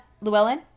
Llewellyn